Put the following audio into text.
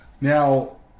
Now